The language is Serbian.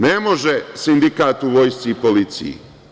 Ne može sindikat u vojsci i policiji.